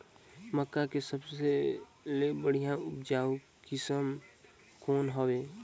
मक्का के सबले बढ़िया उपजाऊ किसम कौन हवय?